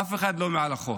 אף אחד לא מעל החוק.